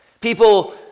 People